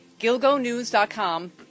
Gilgonews.com